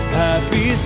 happy